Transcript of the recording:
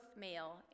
male